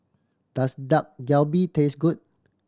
does Dak Galbi taste good